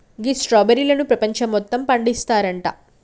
గీ స్ట్రాబెర్రీలను పెపంచం మొత్తం పండిస్తారంట